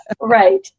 right